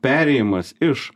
perėjimas iš